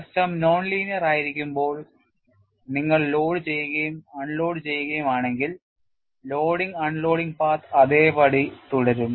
system non linear ആയിരിക്കുമ്പോൾ നിങ്ങൾ load ചെയ്യുകയും അൺലോഡു ചെയ്യുകയാണെങ്കിൽ ലോഡിംഗ് അൺലോഡിംഗ് പാത്ത് അതേപടി തുടരും